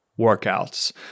workouts